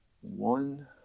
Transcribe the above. one